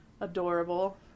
adorable